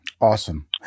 Awesome